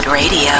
Radio